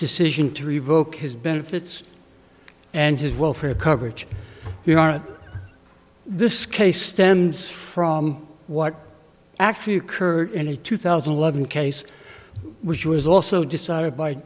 decision to revoke his benefits and his welfare coverage we are in this case stems from what actually occurred in a two thousand and eleven case which was also decided by